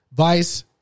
vice